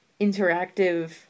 interactive